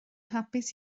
hapus